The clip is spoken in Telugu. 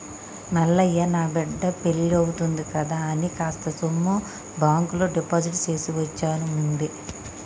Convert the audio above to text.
మల్లయ్య నా బిడ్డ పెల్లివుంది కదా అని కాస్త సొమ్ము బాంకులో డిపాజిట్ చేసివుంచాను ముందే